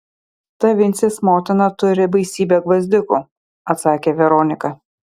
ta vincės motina turi baisybę gvazdikų atsakė veronika